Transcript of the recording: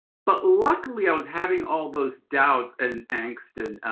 but luckily i was having all those doubts and angst and,